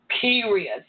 Period